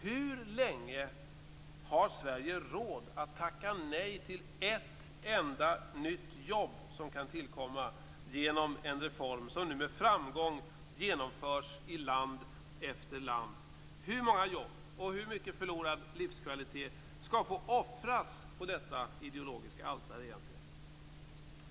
Hur länge har Sverige råd att tacka nej till ett enda nytt jobb som kan tillkomma genom en reform som nu med framgång genomförs i land efter land? Hur många jobb och hur mycket livskvalitet skall egentligen få offras på detta ideologiska altare?